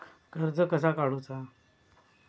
कर्ज कसा काडूचा?